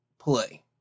play